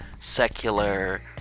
secular